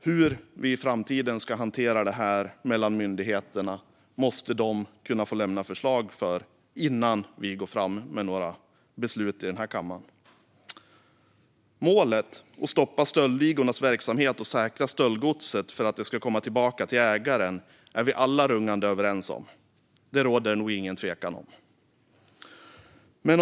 Hur vi i framtiden ska hantera detta mellan myndigheterna måste de kunna få lämna förslag om innan vi går fram med några beslut i denna kammare. Vi är alla överens om målet att stoppa stöldligornas verksamhet och säkra stöldgodset för att det ska komma tillbaka till ägaren. Det råder nog inget tvivel om det.